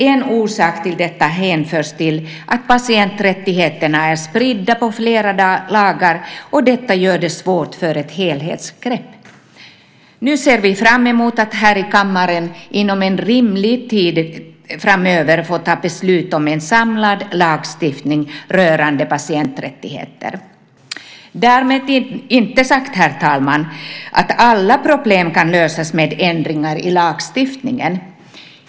En orsak till detta hänförs till att patienträttigheterna är spridda på flera lagar, och det gör det svårt att få ett helhetsgrepp. Nu ser vi fram emot att här i kammaren inom en rimlig tid framöver få fatta beslut om en samlad lagstiftning rörande patienträttigheter. Därmed inte sagt, herr talman, att alla problem kan lösas med hjälp av ändringar i lagstiftningen.